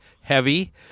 heavy